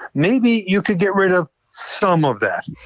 maybe you could get rid of some of that.